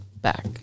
back